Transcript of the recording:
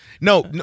No